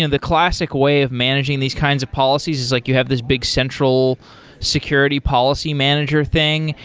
and the classic way of managing these kinds of policies is like you have this big, central security policy manager thing.